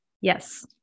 Yes